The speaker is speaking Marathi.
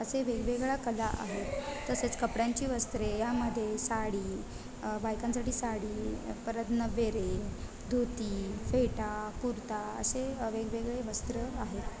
असे वेगवेगळा कला आहेत तसेच कपड्यांची वस्त्रे यामध्ये साडी बायकांसाठी साडी परत नऊवारी धोती फेटा कुर्ता असे वेगवेगळे वस्त्र आहेत